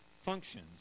functions